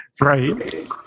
Right